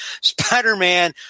Spider-Man